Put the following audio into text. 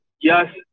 Yes